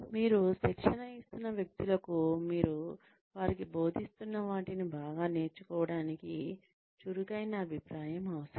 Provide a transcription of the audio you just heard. మీరు శిక్షణ ఇస్తున్న వ్యక్తులకు మీరు వారికి బోధిస్తున్న వాటిని బాగా నేర్చుకోవటానికి చురుకైన అభిప్రాయం అవసరం